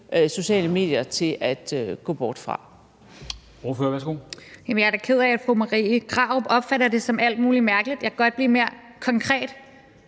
sociale medier til at gå bort fra.